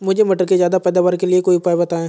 मुझे मटर के ज्यादा पैदावार के लिए कोई उपाय बताए?